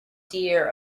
dear